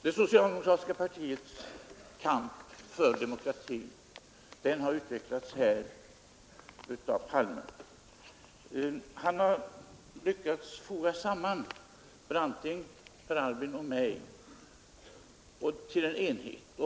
Det socialdemokratiska partiets kamp för demokratin har här utvecklats av herr Palme. Han har lyckats foga samman Branting, Per Albin Hansson och mig till en enhet.